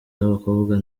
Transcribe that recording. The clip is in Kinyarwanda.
abakobwa